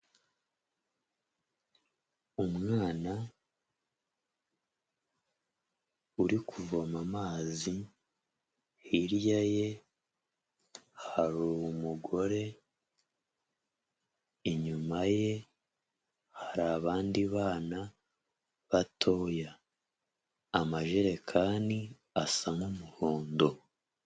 Umwana uri kuvoma amazi, hirya ye hari umugore, inyuma ye hari abandi bana, batoya. Amajerekani asa nk'umuhondo.